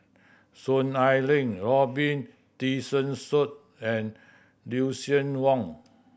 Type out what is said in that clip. Soon Ai Ling Robin Tessensohn and Lucien Wang